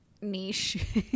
niche